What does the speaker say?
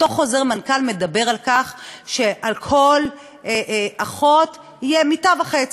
אותו חוזר מנכ"ל מדבר על כך שעל כל אחות תהיה מיטה וחצי,